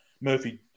Murphy